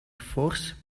force